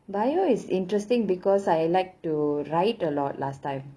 biology is interesting because I like to write a lot last time